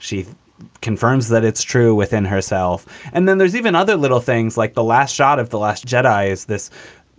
she confirms that it's true within herself and then there's even other little things like the last shot of the last jedi. is this